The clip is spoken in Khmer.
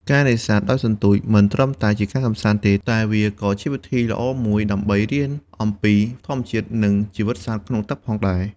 ការនេសាទដោយសន្ទូច មិនត្រឹមតែជាការកម្សាន្តទេ តែវាក៏ជាវិធីល្អមួយដើម្បីរៀនអំពីធម្មជាតិ និងជីវិតសត្វក្នុងទឹកផងដែរ។